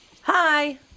hi